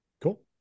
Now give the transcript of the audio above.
Cool